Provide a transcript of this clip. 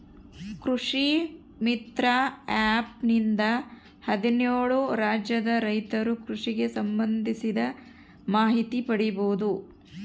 ಕೃಷಿ ಮಿತ್ರ ಆ್ಯಪ್ ನಿಂದ ಹದ್ನೇಳು ರಾಜ್ಯದ ರೈತರು ಕೃಷಿಗೆ ಸಂಭಂದಿಸಿದ ಮಾಹಿತಿ ಪಡೀಬೋದು